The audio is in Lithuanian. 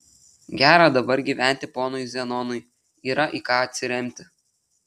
gera dabar gyventi ponui zenonui yra į ką atsiremti